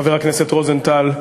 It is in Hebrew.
חבר הכנסת רוזנטל,